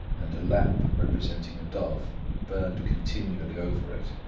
and lamp representing a dove burned continually over it